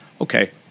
Okay